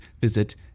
visit